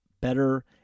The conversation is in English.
better